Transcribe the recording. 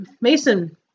Mason